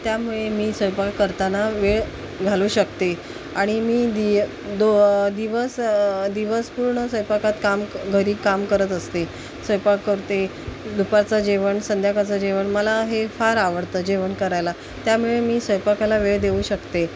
त्यामुळे मी स्वयंपाक करताना वेळ घालू शकते आणि मी दि दो दिवस दिवस पूर्ण स्वयंपाकात काम घरी काम करत असते स्वयंपाक करते दुपारचं जेवण संध्याकाळचं जेवण मला हे फार आवडतं जेवण करायला त्यामुळे मी स्वयंपाकाला वेळ देऊ शकते